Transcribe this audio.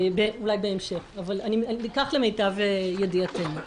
אולי בהמשך, אבל כך למיטב ידיעתנו.